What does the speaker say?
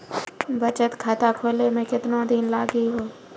बचत खाता खोले मे केतना दिन लागि हो?